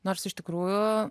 nors iš tikrųjų